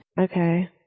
Okay